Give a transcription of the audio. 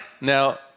now